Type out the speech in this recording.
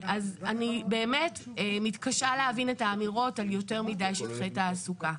אז אני מתקשה להבין את האמירות בעניין יותר מדי שטחי תעסוקה.